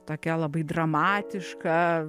tokia labai dramatiška